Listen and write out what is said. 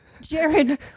Jared